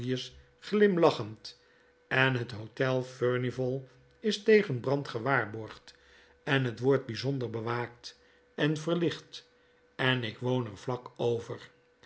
glimlachend en het hotel furnival is tegen brand gewaarborgd en het wordt bijzonder bewaakt en verlicht en ik woon er vlak over